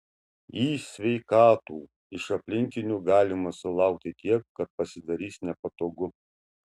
į sveikatų iš aplinkinių galima sulaukti tiek kad pasidarys nepatogu